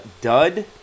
Dud